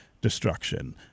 destruction